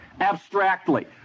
abstractly